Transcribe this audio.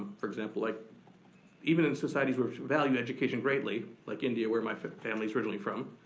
for example like even in societies where valued education greatly, like india, where my family's originally from,